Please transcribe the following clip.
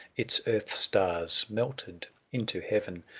its earth-stars melted into heaven,